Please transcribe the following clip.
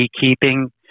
beekeeping